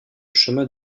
chemin